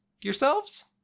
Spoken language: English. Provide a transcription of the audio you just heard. yourselves